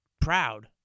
proud